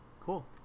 cool